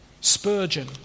Spurgeon